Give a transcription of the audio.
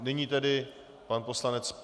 Nyní tedy pan poslanec...